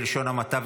בלשון המעטה,